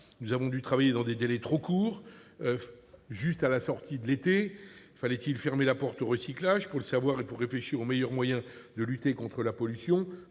Nous avons dû travailler dans des délais trop courts, à la sortie de l'été. Fallait-il fermer la porte au recyclage ? Pour le savoir, et pour réfléchir aux meilleurs moyens de lutter contre la pollution,